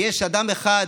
ויש אדם אחד